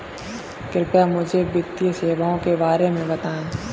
कृपया मुझे वित्तीय सेवाओं के बारे में बताएँ?